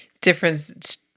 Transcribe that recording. difference